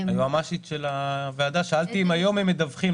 היועמ"שית של הוועדה, שאלתי אם היום הם מדווחים?